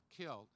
killed